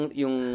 yung